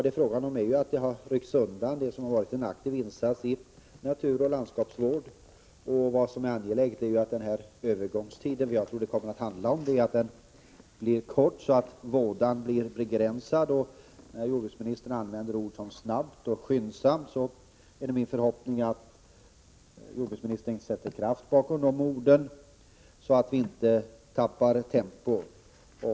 Det som har varit en aktiv insats i naturoch landskapsvård har ryckts undan, och det är angeläget att den övergångstid det kommer att handla om blir så kort att vådan begränsas. När jordbruksministern använder ord som ”snabbt” och ”skyndsamt” är det min förhoppning att jordbruksministern sätter kraft bakom de orden så att vi inte tappar tempo.